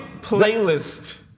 playlist